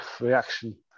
reaction